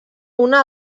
una